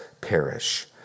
perish